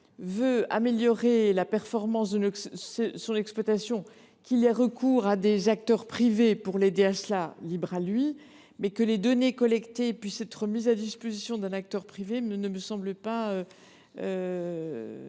veut améliorer la performance de son exploitation, libre à lui d’avoir recours à des acteurs privés pour l’aider. Mais que les données collectées puissent être mises à disposition d’un acteur privé ne me semble pas